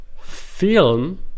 film